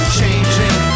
changing